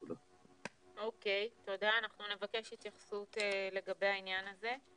תודה, אנחנו נבקש התייחסות לגבי העניין הזה.